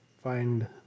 find